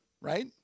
right